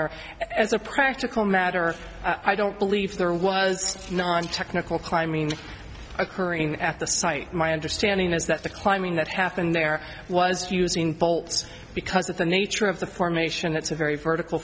honor as a practical matter i don't believe there was non technical climbing occurring at the site my understanding is that the climbing that happened there was using bolts because of the nature of the formation it's a very vertical